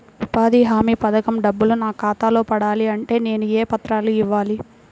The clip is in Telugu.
ఉపాధి హామీ పథకం డబ్బులు నా ఖాతాలో పడాలి అంటే నేను ఏ పత్రాలు ఇవ్వాలి?